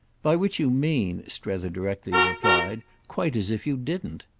by which you mean, strether directly replied, quite as if you didn't!